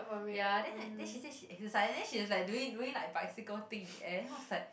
ya then like then she say she exercise then she was like doing doing like bicycle thing in the air then I was like